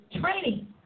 training